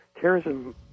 Terrorism